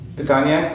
pytanie